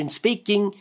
speaking